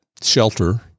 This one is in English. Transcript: shelter